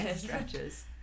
stretches